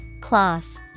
Cloth